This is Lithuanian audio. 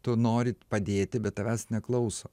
tu nori padėti bet tavęs neklauso